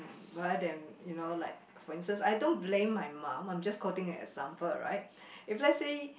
rather than you know like for instance I don't blame my mum I'm just quoting an example right if let's say